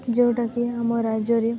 ଯୋଉଟାକି ଆମ ରାଜ୍ୟରେ